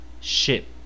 ship